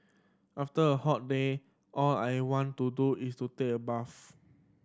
after a hot day all I want to do is to take a bath